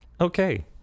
okay